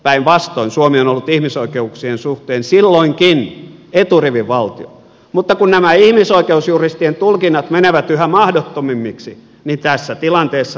päinvastoin suomi on ollut ihmisoikeuksien suhteen silloinkin eturivin valtio mutta kun nämä ihmisoikeusjuristien tulkinnat menevät yhä mahdottomammiksi niin tässä tilanteessa nyt ollaan